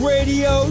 Radio